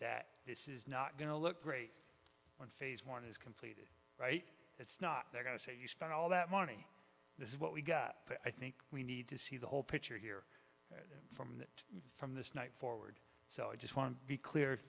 that this is not going to look great on phase one is completed right it's not they're going to say you spent all that money this is what we got i think we need to see the whole picture here from this night forward so i just want to be clear